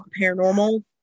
paranormal